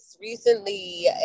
recently